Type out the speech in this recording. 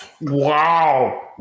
Wow